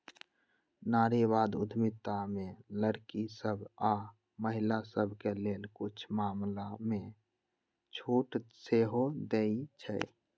नारीवाद उद्यमिता में लइरकि सभ आऽ महिला सभके लेल कुछ मामलामें छूट सेहो देँइ छै